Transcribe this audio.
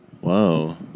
Whoa